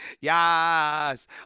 Yes